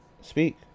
Speak